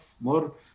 more